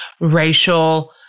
racial